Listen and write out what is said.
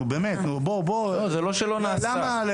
לא נעשה,